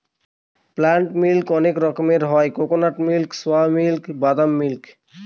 plant milk অনেক রকমের হয় নারকেলের দুধ, সোয়া মিল্ক, বাদামের দুধ